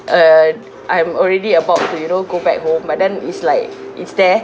err I'm already about to you know go back home but then is like it's there